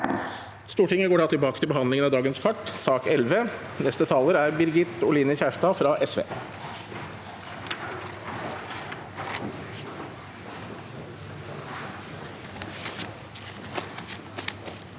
Stortinget går da tilbake til behandlingen av sak nr. 11. Neste taler er Birgit Oline Kjerstad fra SV.